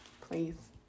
Please